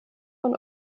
von